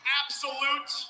absolute